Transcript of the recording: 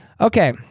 Okay